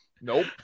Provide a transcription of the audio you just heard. Nope